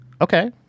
Okay